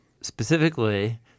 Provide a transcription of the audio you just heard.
specifically